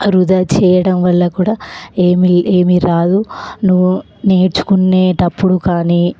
వృధా చెయ్యడం వల్ల కూడా ఏమి ఏమి రాదు నువు నేర్చుకునేటప్పుడు కానీ